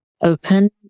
open